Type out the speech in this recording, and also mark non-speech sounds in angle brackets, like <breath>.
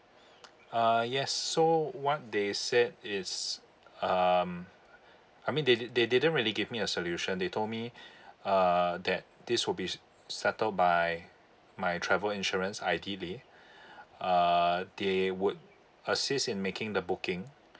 <breath> uh yes so what they said is um I mean they did they didn't really give me a solution they told me <breath> uh that this would be so settled by my travel insurance I did already <breath> uh they would assist in making the booking